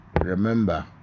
remember